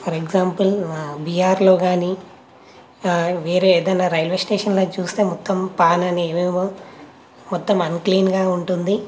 for example బీహార్లో కానీ వేరే ఏదయినా రైల్వే స్టేషన్లో చూస్తే పాన్ అని ఏవేవో మొత్తం అన్క్లీన్డ్ గా ఉంటుంది